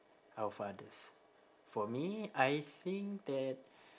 our fathers for me I think that